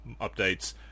updates